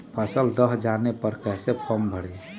फसल दह जाने पर कैसे फॉर्म भरे?